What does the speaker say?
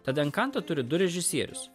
tad enkanto turi du režisierius